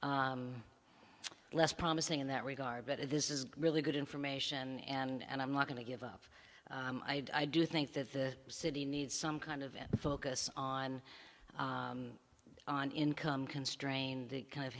less promising in that regard but if this is really good information and i'm not going to give up i do think that the city needs some kind of in focus on on income constrained the kind of